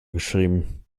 geschrieben